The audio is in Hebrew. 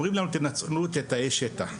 אומרים לנו: תנצלו את תאי השטח.